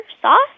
sauce